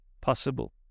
possible